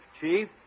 Chief